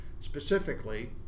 specifically